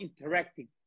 interacting